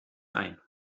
ein